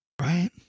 right